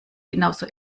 genauso